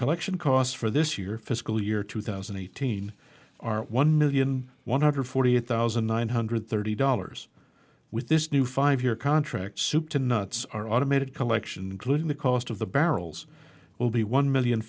collection costs for this year fiscal year two thousand and eighteen are one million one hundred forty eight thousand nine hundred thirty dollars with this new five year contract soup to nuts our automated collection includes the cost of the barrels will be one million